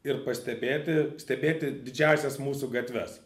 ir pastebėti stebėti didžiąsias mūsų gatves